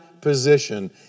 position